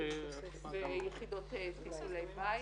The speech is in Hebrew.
יחידות טיפולי בית.